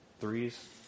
threes